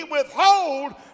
withhold